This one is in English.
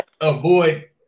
avoid